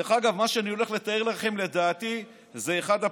דרך אגב,